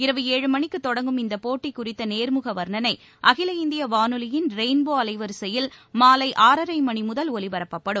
இரவு ஏழு மணிக்குத் தொடங்கும் இந்தப் போட்டி குறித்த நேர்முக வர்ணனை அகில இந்திய வானொலியின் ரெயின்போ அலைவரிசையில் மாலை ஆறரை மணி முதல் ஒலிபரப்பப்படும்